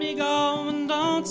you know